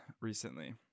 recently